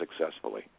successfully